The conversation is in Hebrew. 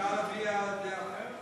אפשר להביע דעה אחרת?